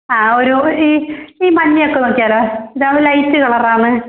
ആ ഒരു ഒരു ഈ ഈ മഞ്ഞയൊക്കെ നോക്കിയാല്ലോ ഇതാകുമ്പോൾ ലൈറ്റ് കളറാണ്